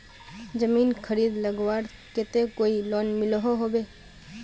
जमीन खरीद लगवार केते कोई लोन मिलोहो होबे?